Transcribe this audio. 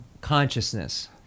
consciousness